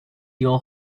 your